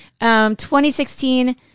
2016